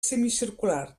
semicircular